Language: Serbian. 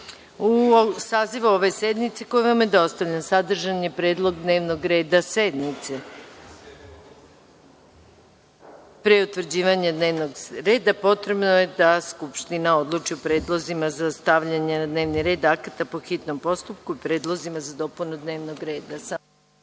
sazivu ove sednice koji vam je dostavljen sadržan je predlog dnevnog reda sednice. Pre utvrđivanja dnevnog reda sednice potrebno je da Narodna skupština odluči o predlozima za stavljanje na dnevni red akata po hitnom postupku i predlozima za dopunu dnevnog reda. Pauza